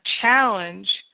challenge